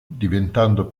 diventando